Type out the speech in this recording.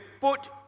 put